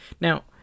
Now